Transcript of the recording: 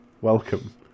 welcome